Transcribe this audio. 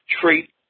treat